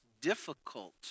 difficult